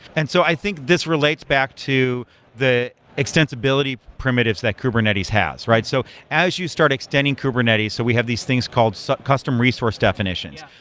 and so i think this relates back to the extensibility primitives that kubernetes has. so as you start extending kubernetes, so we have these things called so custom resource definition,